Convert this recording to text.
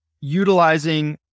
Utilizing